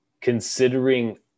considering